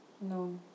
No